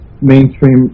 mainstream